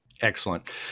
Excellent